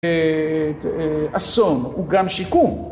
אסון הוא גם שיקום.